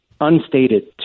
unstated